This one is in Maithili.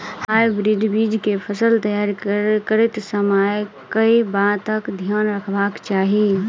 हाइब्रिड बीज केँ फसल तैयार करैत समय कऽ बातक ध्यान रखबाक चाहि?